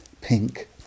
pink